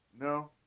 No